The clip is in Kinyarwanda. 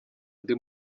ndi